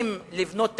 האם לבנות תשתיות,